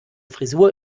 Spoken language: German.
frisur